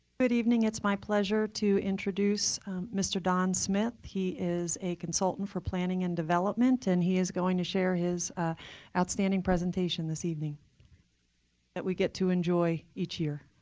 good evening. it's my pleasure to introduce mr. don smith. he is a consultant for planning and development and he is going to share his outstanding presentation this evening that we get to enjoy each year.